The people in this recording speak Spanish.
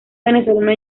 venezolano